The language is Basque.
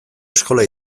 eskola